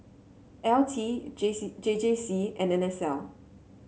L T J C J J C and NSL